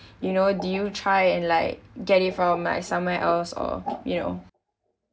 you know do you try and like get it from my somewhere else or you know